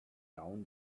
down